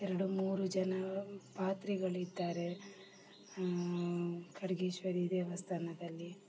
ಎರಡು ಮೂರು ಜನ ಪಾತ್ರಿಗಳಿದ್ದಾರೆ ಖಡ್ಗೇಶ್ವರಿ ದೇವಸ್ಥಾನದಲ್ಲಿ